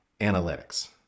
analytics